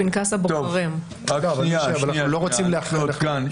שנייה, אנחנו עוד כאן.